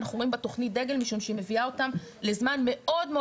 אנחנו רואים בה תוכנית דגל משום שהיא מביאה אותם לזמן מאוד מאוד